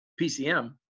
PCM